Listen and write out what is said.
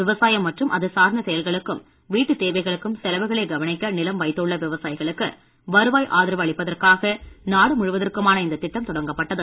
விவசாயம் மற்றும் அது சார்ந்த செயல்களுக்கும் வீட்டுத் தேவைகளுக்கும் செலவுகளை கவனிக்க நிலம் வைத்துள்ள விவசாயிகளுக்கு வருவாய் ஆதரவு அளிப்பதற்காக நாடு முழுவதற்குமான இந்தத் திட்டம் தொடங்கப்பட்டது